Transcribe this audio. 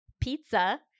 pizza